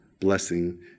blessing